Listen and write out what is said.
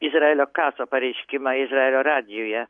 izraelio kaso pareiškimą izraelio radijuje